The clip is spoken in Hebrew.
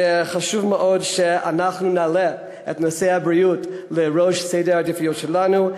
וזה חשוב מאוד שאנחנו נעלה את נושא הבריאות לראש סדר העדיפויות שלנו.